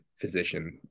physician